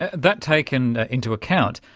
and that taken into account,